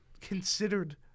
considered